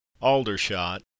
Aldershot